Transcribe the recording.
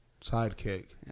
Sidekick